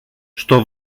στο